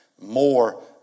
more